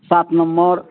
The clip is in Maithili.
सात नम्मर